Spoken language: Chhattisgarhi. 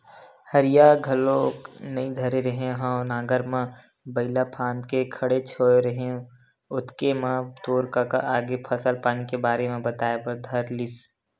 हरिया घलोक नइ धरे रेहे हँव नांगर म बइला फांद के खड़ेच होय रेहे हँव ओतके म तोर कका आगे फसल पानी के बारे म बताए बर धर लिस